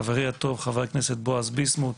חברי הטוב, חבר הכנסת בועז ביסמוט.